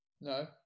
No